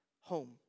home